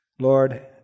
Lord